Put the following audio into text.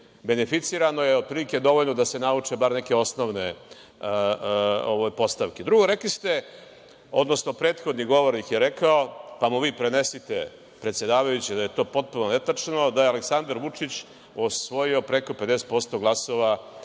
beneficirano, je otprilike dovoljno da se nauče bar neke osnovne postavke. Drugo, prethodni govornik je rekao, pa mu vi prenesite, predsedavajući, da je to potpuno netačno, da je Aleksandar Vučić osvojio preko 50 glasova